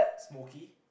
smokey